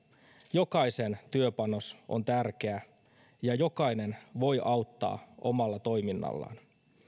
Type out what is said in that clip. jokaisen työpanos on tärkeä ja jokainen voi auttaa omalla toiminnallaan